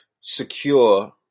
secure